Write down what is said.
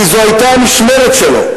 כי זו היתה המשמרת הזאת.